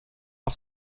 par